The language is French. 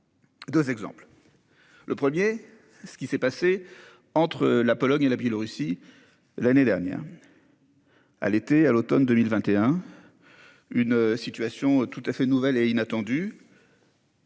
2 exemples. Le 1er ce qui s'est passé entre la Pologne et la Biélorussie. L'année dernière. À l'été à l'Automne 2021. Une situation tout à fait nouvelle et inattendue.